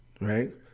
right